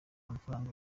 amafaranga